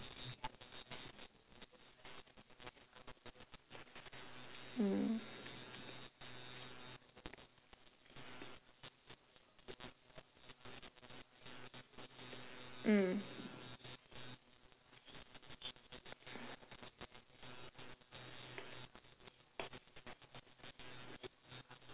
mm mm